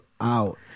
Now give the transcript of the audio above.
out